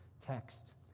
text